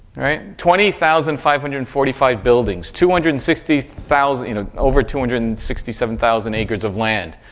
right, twenty thousand five hundred and forty five buildings, two hundred and sixty thousand you know, over two hundred and sixty seven thousand acres of land,